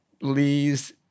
Lee's